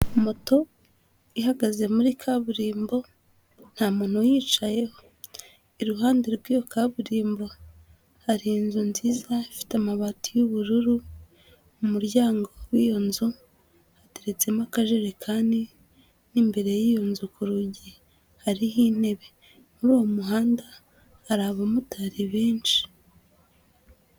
Moto ihagaze muri kaburimbo nta muntu uyicayeho, iruhande rw'iyo kaburimbo hari inzu nziza ifite amabati y'ubururu mu muryango w'iyo nzu hateretsemo akajerekani n'imbere y'iyo nzu ku rugi hariho intebe, muri uwo muhanda hari abamotari benshi.